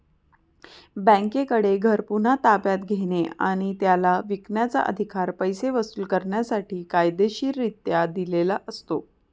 बँकेकडे घर पुन्हा ताब्यात घेणे आणि त्याला विकण्याचा, अधिकार पैसे वसूल करण्यासाठी कायदेशीररित्या दिलेला असतो